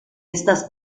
estas